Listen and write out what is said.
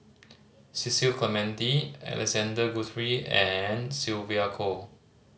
Cecil Clementi Alexander Guthrie and Sylvia Kho